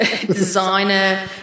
Designer